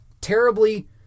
terribly